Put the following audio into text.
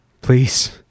Please